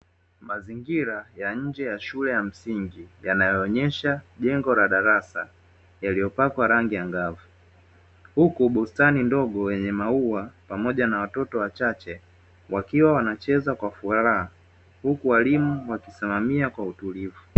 Mazingira ya nje ya shule ya msingi, yanayoonyesha jengo la darasa yaliyopakwa rangi angavu. Huku bustani ndogo yenye maua pamoja na watoto wachache, wakiwa wanacheza kwa furaha, huku walimu wakisimamia kwa utulivu.